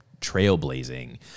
trailblazing